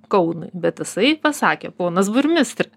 kaunui bet jisai pasakė ponas burmistre